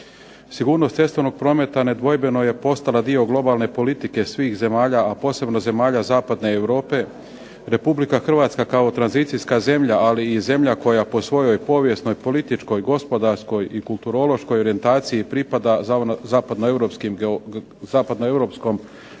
Sigurnost cestovnog prometa je nedvojbeno postala dio globalne politike svih zemalja a posebno zemalja zapadne Europe. RH kao tranzicijska zemlja, ali i zemlja koja po svojoj povijesnoj, političkoj, gospodarskoj i kulturološkoj orijentaciji pripada zapadnoeuropskom